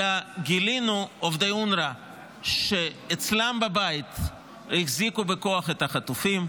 אלא גילינו עובדי אונר"א שאצלם בבית החזיקו בכוח את החטופים,